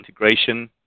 integration